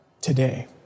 today